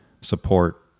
support